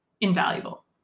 invaluable